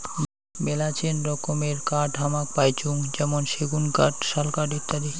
মেলাছেন রকমের কাঠ হামাক পাইচুঙ যেমন সেগুন কাঠ, শাল কাঠ ইত্যাদি